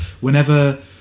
whenever